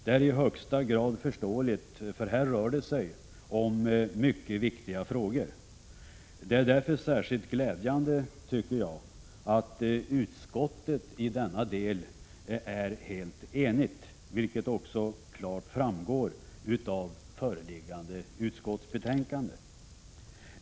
Det är i högsta grad förståeligt, för här rör det sig om mycket viktiga frågor. Det är därför särskilt glädjande att utskottet i denna del är helt enigt, vilket också klart framgår av föreliggande utskottsbetänkande.